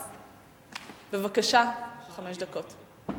בבקשה, חמש דקות.